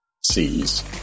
sees